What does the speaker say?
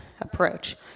approach